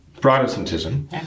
Protestantism